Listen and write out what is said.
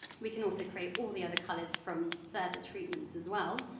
we can also create all the other colours from further treatments as well,